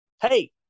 Hey